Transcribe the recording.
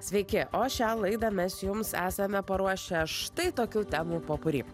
sveiki o šią laidą mes jums esame paruošę štai tokių temų popuri